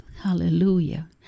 Hallelujah